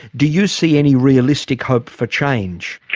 do you see any realistic hope for change?